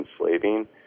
enslaving